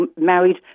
married